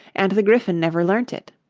and the gryphon never learnt it